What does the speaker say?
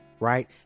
right